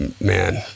man